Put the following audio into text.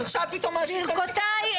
ברכותיי,